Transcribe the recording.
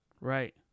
Right